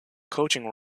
coaching